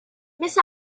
miss